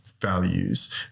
values